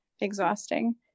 exhausting